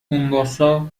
مومباسا